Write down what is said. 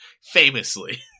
Famously